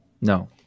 No